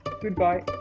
Goodbye